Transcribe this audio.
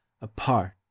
apart